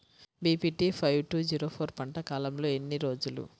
BPT five two zero four పంట కాలంలో ఎన్ని రోజులు?